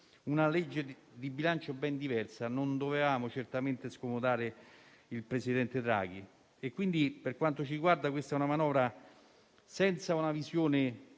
una legge di bilancio ben diversa; non dovevamo certamente scomodare il presidente Draghi. Per quanto ci riguarda, questa è una manovra senza una visione